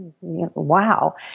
wow